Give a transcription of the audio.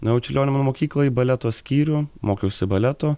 nuėjau į čiurlionio menų mokyklą į baleto skyrių mokiausi baleto